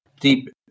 deep